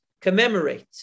commemorate